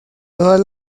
todas